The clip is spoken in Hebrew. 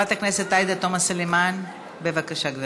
חברת הכנסת עאידה תומא סלימאן, בבקשה, גברתי.